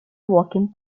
walking